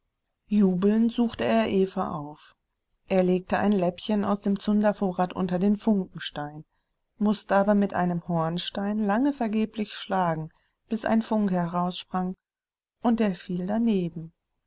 jubelnd suchte er eva auf er legte ein läppchen aus dem zundervorrat unter den funkenstein mußte aber mit einem hornstein lange vergeblich schlagen bis ein funke heraussprang und der fiel daneben